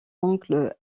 oncle